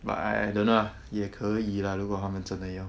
but I don't know ah 也可以 lah 如果他们真的要